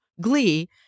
Glee